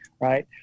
right